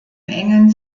engen